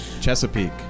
Chesapeake